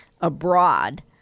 abroad